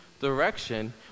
direction